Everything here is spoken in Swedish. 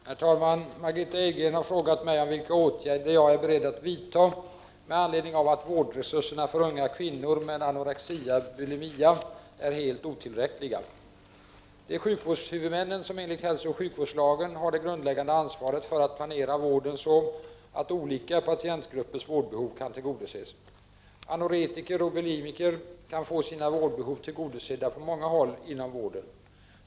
Herr talman! Margitta Edgren har frågat mig om vilka åtgärder jag är beredd att vidta med anledning av att vårdresurserna för unga kvinnor med anorexia eller bulimia är helt otillräckliga. Det är sjukvårdshuvudmännen som enligt hälsooch sjukvårdslagen har det grundläggande ansvaret för att planera vården så att olika patientgruppers vårdbehov kan tillgodoses. Anorektiker och bulimiker kan få sina vårdbehov tillgodosedda på många håll inom vården.